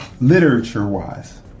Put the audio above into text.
literature-wise